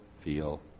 feel